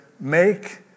make